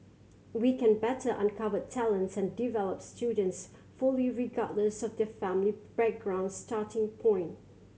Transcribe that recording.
we can better uncover talents and develop students fully regardless of their family background starting point